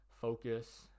focus